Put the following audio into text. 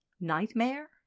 Nightmare